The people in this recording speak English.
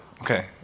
Okay